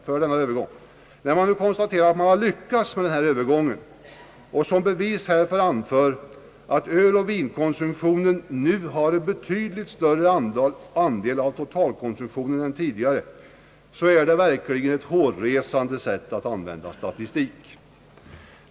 När man i dag konstaterar att man lyckats med denna övergång och som bevis härför anför att öloch vinkonsumtionen nu har betydligt större andel av totalkonsumtionen än tidigare är det verkligen ett hårresande sätt att använda statistik.